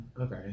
okay